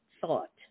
thought